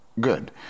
Good